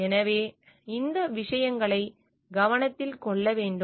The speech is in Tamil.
எனவே இந்த விஷயங்களை கவனத்தில் கொள்ள வேண்டும்